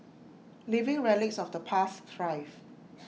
living relics of the past thrive